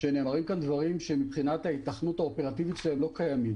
שנאמרים כאן דברים שמבחינת ההיתכנות האופרטיבית שלהם לא קיימים.